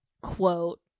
quote